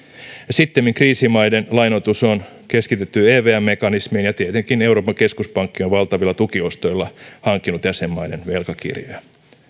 sittemmin kriisimaiden lainoitus on keskitetty evm mekanismiin ja tietenkin euroopan keskuspankki on valtavilla tukiostoilla hankkinut jäsenmaiden velkakirjoja